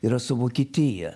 yra su vokietija